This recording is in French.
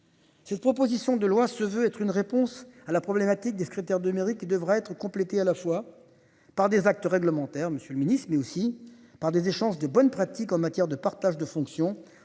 Cette proposition de loi se veut être une réponse à la problématique des secrétaires de mairie qui devrait être complétée, à la fois par des actes réglementaires. Monsieur le Ministre, mais aussi par des échanges de bonnes pratiques en matière de partage de fonction